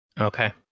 Okay